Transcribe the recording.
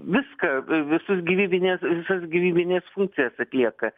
viską visus gyvybinės visas gyvybines funkcijas atlieka